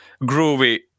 groovy